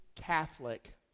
Catholic